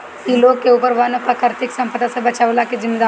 इ लोग के ऊपर वन और प्राकृतिक संपदा से बचवला के जिम्मेदारी होला